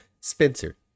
Spencer